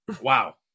Wow